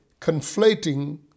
conflating